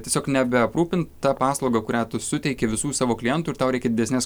tiesiog nebeaprūpint ta paslauga kurią tu suteiki visų savo klientų ir tau reikia didesnės